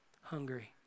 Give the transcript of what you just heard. hungry